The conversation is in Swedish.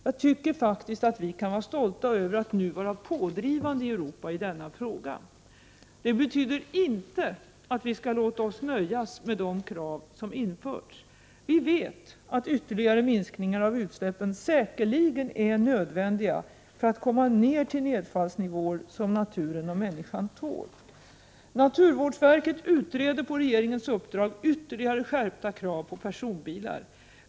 Jag tycker faktiskt att vi kan vara stolta över att nu vara pådrivande i Europa i denna fråga. Det betyder inte att vi skall låta oss nöja med de krav som införts. Vi vet att ytterligare minskningar av utsläppen säkerligen är nödvändiga för att vi skall kunna komma ner till nedfallsnivåer som naturen och människan tål. Naturvårdsverket utreder på regeringens uppdrag ytterligare skärpta krav på personbilar.